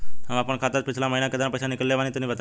हम आपन खाता से पिछला महीना केतना पईसा निकलने बानि तनि बताईं?